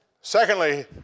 Secondly